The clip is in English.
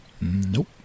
Nope